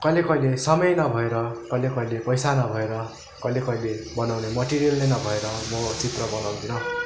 कहिले कहिले समय नभएर कहिले कहिले पैसा नभएर कहिले कहिले बनाउने मटेरियल नै नभएर म चित्र बनाउँदिनँ